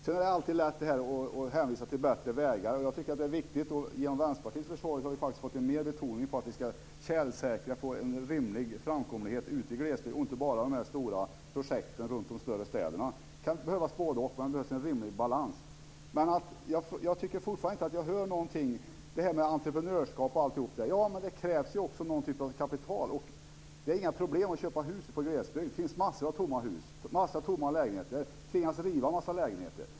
Sedan är det alltid lätt att hänvisa till bättre vägar. Jag tycker att det är viktigt, och genom Vänsterpartiets försorg har vi faktiskt fått en större betoning på att vi ska tjälsäkra och få en rimlig framkomlighet ute i glesbygden. Det ska inte bara satsas på de stora projekten runt de större städerna. Det kan behövas bådeoch, men det behövs en rimlig balans. Jag tycker fortfarande inte att jag hör något om detta med entreprenörskap osv. Det krävs ju också någon typ av kapital. Det är inga problem att köpa hus i glesbygden. Det finns massor av tomma hus och tomma lägenheter. Man tvingas riva en massa lägenheter.